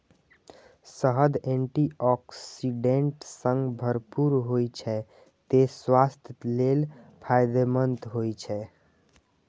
शहद antioxidant सं भरपूर होइ छै, तें स्वास्थ्य लेल फायदेमंद होइ छै